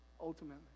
ultimately